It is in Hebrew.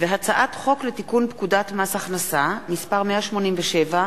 והצעת חוק לתיקון פקודת מס הכנסה (מס' 187)